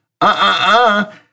uh-uh-uh